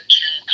two